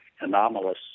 anomalous